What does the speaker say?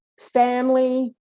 family